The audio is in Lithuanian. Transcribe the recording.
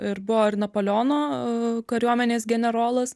ir buvo ir napoleono kariuomenės generolas